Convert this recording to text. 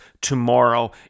tomorrow